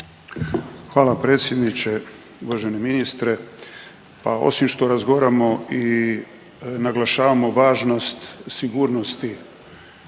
Hvala predsjedniče. Uvaženi ministre, pa osim što razgovaramo i naglašavamo važnost sigurnosti